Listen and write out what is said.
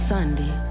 Sunday